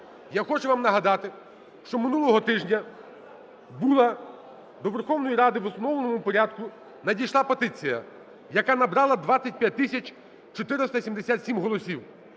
Я хочу вам нагадати що минулого тижня була до Верховної Ради в установленому порядку надійшла петиція, яка набрала 25 тисяч 477 голосів.